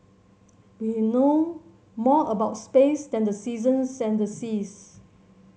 we know more about space than the seasons and the seas